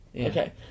Okay